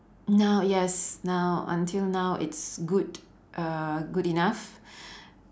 now yes now until now it's good uh good enough